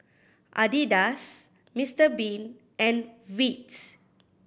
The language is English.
Adidas Mister Bean and Veet